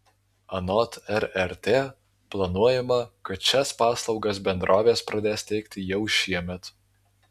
anot rrt planuojama kad šias paslaugas bendrovės pradės teikti jau šiemet